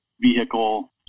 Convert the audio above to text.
vehicle